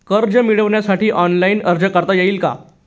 कर्ज मिळविण्यासाठी ऑनलाइन अर्ज करता येईल का?